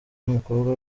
n’umukobwa